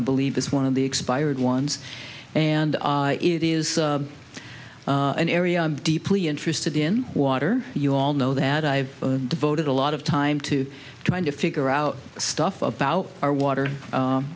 i believe this one of the expired ones and it is an area i'm deeply interested in water you all know that i've devoted a lot of time to trying to figure out stuff about our water